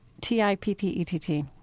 T-I-P-P-E-T-T